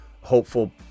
hopeful